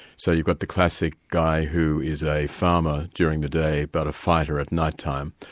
so you've got the classic guy who is a farmer during the day, but a fighter at nighttime.